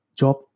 job